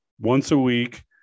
once-a-week